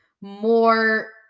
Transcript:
more